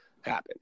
happen